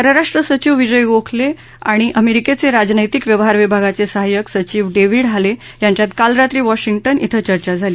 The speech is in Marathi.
परराष्ट्र सचिव विजय गोखले आणि अमेरिकेचे राजनैतिक व्यवहार विभागाचे सहाय्यक सचिव डेव्हीड हाले यांच्यात काल रात्री वॉश्गिंटन इथ चर्चा झाली